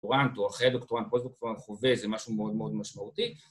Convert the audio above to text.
דוקטורנט או אחרי דוקטורנט, פוסט דוקטורנט חווה, זה משהו מאוד מאוד משמעותי